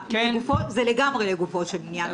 זה לגמרי לגופו של עניין.